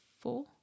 four